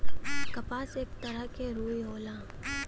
कपास एक तरह के रुई होला